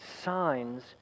signs